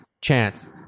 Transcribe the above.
chance